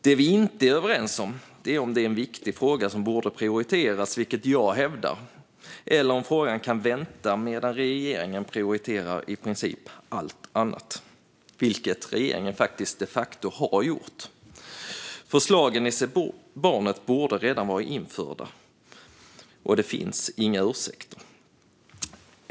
Det vi inte är överens om är om det är en viktig fråga som borde prioriteras, vilket jag hävdar, eller om frågan kan vänta medan regeringen prioriterar i princip allt annat - vilket regeringen de facto har gjort. Förslagen i Se barnet! borde redan vara genomförda. Det finns inga ursäkter.